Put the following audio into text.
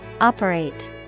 operate